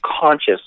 conscious